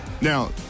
Now